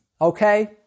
Okay